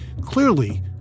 clearly